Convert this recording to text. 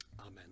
Amen